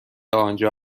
آنجا